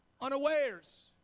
unawares